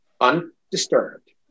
undisturbed